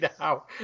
out